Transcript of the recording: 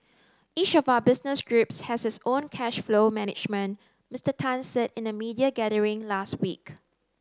each of our business groups has its own cash flow management Mister Tan said in a media gathering last week